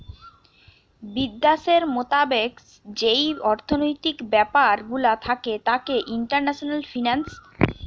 বিদ্যাশের মোতাবেক যেই অর্থনৈতিক ব্যাপার গুলা থাকে তাকে ইন্টারন্যাশনাল ফিন্যান্স বলতিছে